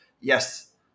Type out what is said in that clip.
Yes